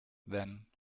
then